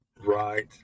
right